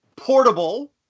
Portable